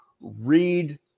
read